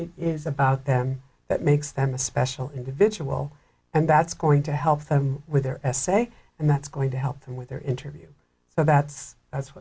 it is about them that makes them a special individual and that's going to help them with their essay and that's going to help them with their interview about it's that's